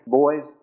boys